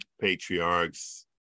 patriarchs